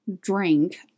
drink